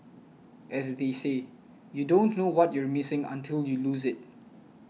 as they say you don't know what you're missing until you lose it